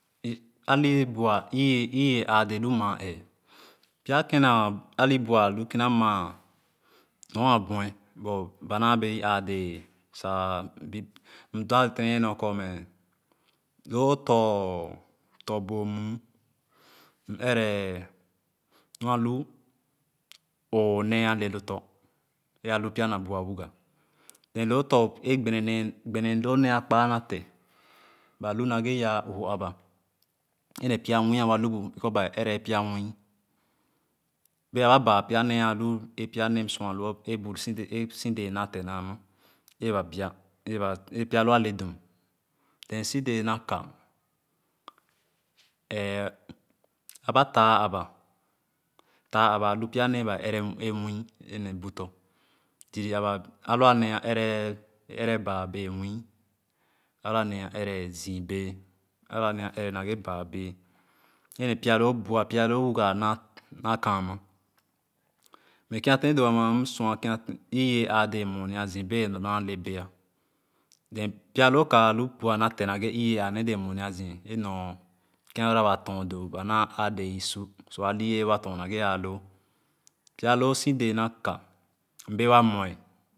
Alii-bua iye iye aa dee lu maa ẽẽh pya kèn na alii-bua lu kina maa nor a bue but ba naa wee i ãã dee sa bip mdap tenenyie kor me loo tɔ̃ boom tõ bomu m ere nu anu õõ-nee ale lo tɔ̃ ee alu pya na buia-wuga ee-loo ee gbene nee gbenenee loo nee kpaa nate ba lu nate ba lu nage yaa oo-ooh aba ene pya nwii a wa lu bu bee kor ba ee ere-ghe pya nwii bee aba baa pya nee a hu pya nee si dee nate naa ma ee ba bie ee pya loo a le dum then sidee na ka ee aba taah aba taab aba hu pya nee ba ere ee nwii ne bu tɔ̃ zii zia aba a lua nee ere baa bee nwii a luanee ere zii bee alua nee ere nagbe baa bee ee ne pya loo bua pya loo wuga a naa kaana me kèn a teeb do msua iyii aa dee mue nia zii so ba naa le be pya loo ka alu bua mife nage iyii aa nee dee mue nia zii ee nor kèn abara torn doo ba naa aa dee èsu i bee wa torn mage ããloo pya loo si dee na ka m bee wa mue.